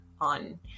on